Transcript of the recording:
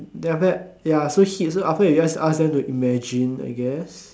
then after that ya so he~ so after that you ask them to imagine I guess